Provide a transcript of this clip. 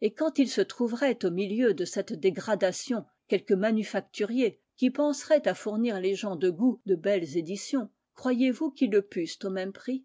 et quand il se trouverait au milieu de cette dégradation quelques manufacturiers qui penseraient à fournir les gens de goût de belles éditions croyez-vous qu'ils le pussent au même prix